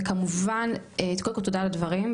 וכמובן קודם כל תודה על הדברים,